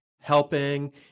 helping